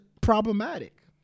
problematic